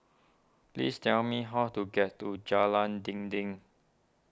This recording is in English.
please tell me how to get to Jalan Dinding